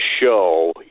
show